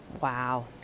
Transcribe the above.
Wow